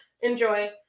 Enjoy